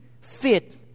fit